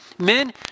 Men